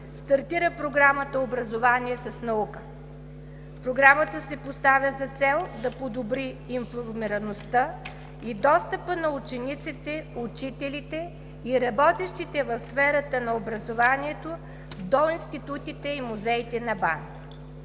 стартира Програмата „Образование с наука“. Програмата си поставя за цел да подобри информираността и достъпа на учениците, учителите и работещите в сферата на образованието до институтите и музеите на БАН.